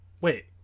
Wait